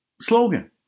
slogan